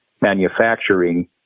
manufacturing